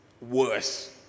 worse